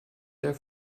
der